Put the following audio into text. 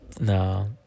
No